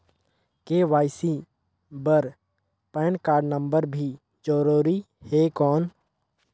KYC बर PAN card number भी जरूरी हे कौन?